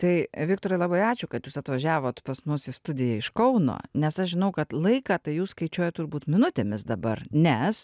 tai viktorai labai ačiū kad jūs atvažiavot pas mus į studiją iš kauno nes aš žinau kad laiką tai jūs skaičiuojat turbūt minutėmis dabar nes